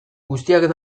guztiak